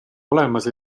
olemas